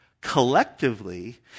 collectively